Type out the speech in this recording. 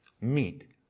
meat